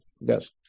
yes